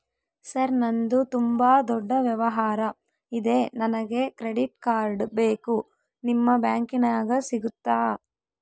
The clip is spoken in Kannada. ಸರ್ ನಂದು ತುಂಬಾ ದೊಡ್ಡ ವ್ಯವಹಾರ ಇದೆ ನನಗೆ ಕ್ರೆಡಿಟ್ ಕಾರ್ಡ್ ಬೇಕು ನಿಮ್ಮ ಬ್ಯಾಂಕಿನ್ಯಾಗ ಸಿಗುತ್ತಾ?